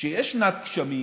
כשיש שנת גשמים